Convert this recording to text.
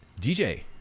DJ